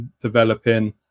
developing